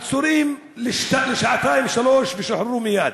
עצורים לשעתיים-שלוש, ושחררו מייד,